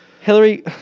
Hillary